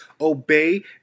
obey